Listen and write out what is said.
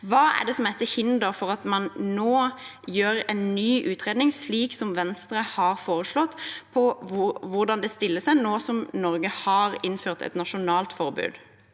Hva er det som er til hinder for at man nå gjør en ny utredning, slik Venstre har foreslått, av hvordan det stiller seg nå som Norge har innført et nasjonalt forbud?